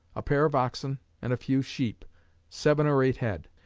a pair of oxen and a few sheep seven or eight head.